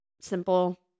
simple